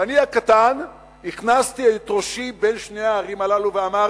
ואני הקטן הכנסתי את ראשי בין שני ההרים הללו ואמרתי: